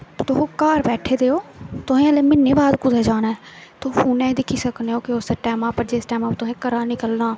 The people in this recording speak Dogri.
तुस घार बेठे दे ओ तुसें अजें म्हीने बाद कुतै जाना ऐ तुस हूनै दिक्खी सकने ओ किस टाइम उप्पर जिस टैमा उप्पर तुसें घरा निकलना